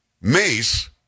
Mace